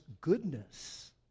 goodness